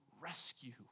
Rescue